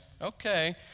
Okay